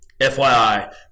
FYI